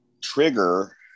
trigger